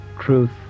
truth